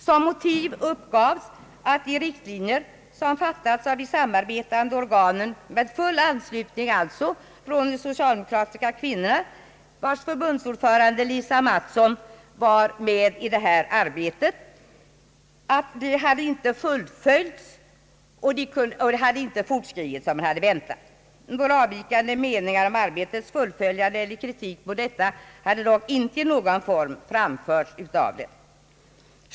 Som motiv uppgavs att de riktlinjer som fattats av de samarbetande organen, alltså med full anslutning från bl.a. det socialdemokratiska kvinnoförbundet, vars ordförande Lisa Mattson hade deltagit i arbetet, inte hade fuillföljts, och arbetet hade inte fortskridit som man väntat. Några avvikande meningar om arbetets fuliföljande eller någon kritik mot detta hade dock inte i någon form på sammanträdena framförts av de socialdemokratiska representanterna.